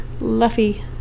Luffy